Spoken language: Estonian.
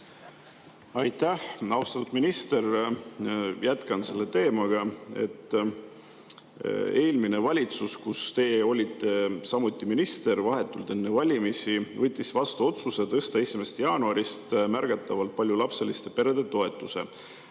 Aitäh! Austatud minister! Jätkan selle teemaga. Eelmine valitsus, kus teie olite samuti minister, võttis vahetult enne valimisi vastu otsuse tõsta 1. jaanuarist märgatavalt paljulapseliste perede toetust.